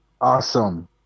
awesome